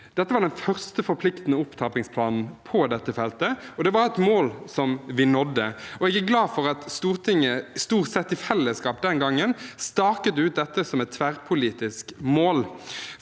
Dette var den første forpliktende opptrappingsplanen på dette feltet, og det var et mål vi nådde. Jeg er glad for at Stortinget, stort sett i fellesskap, den gangen staket ut dette som et tverrpolitisk mål,